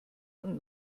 und